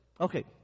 okay